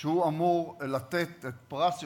שהוא אמור לתת את פרס יושב-ראש,